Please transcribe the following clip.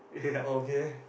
okay